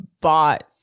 bought